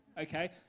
Okay